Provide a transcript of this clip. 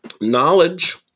knowledge